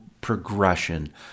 progression